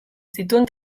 zituen